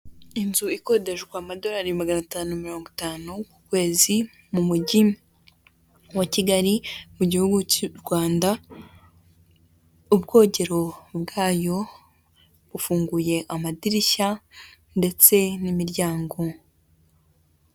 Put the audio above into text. Inzu ikodeshwa amadorari magana atanu mirongo itanu ku kwezi mu mujyi wa Kigali mu gihugu cy'u Rwanda, ubwogero bwayo bufunguye amadirishya ndetse n'imiryango.